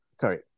Sorry